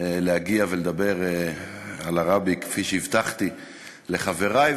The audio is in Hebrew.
להגיע ולדבר על הרבי, כפי שהבטחתי לחברי.